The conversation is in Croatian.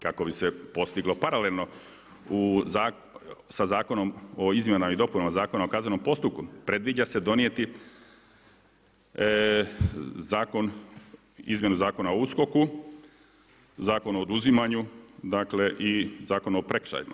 Kako bi se postiglo paralelno sa Zakonom o izmjenama i dopunama Zakona o kaznenom postupku predviđa se donijeti izmjenu Zakona o USKOK-u, Zakon o oduzimanju, dakle i Zakon o prekršajima.